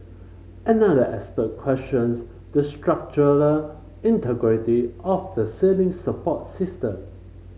another expert questions the structural integrity of the ceiling support system